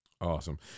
Awesome